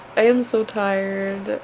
i am so tired,